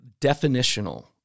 definitional